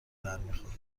برمیخوره